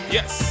Yes